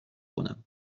کنم